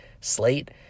slate